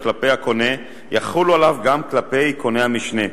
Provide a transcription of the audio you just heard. כלפי הקונה יחולו עליו גם כלפי קונה המשנה,